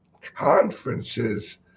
conferences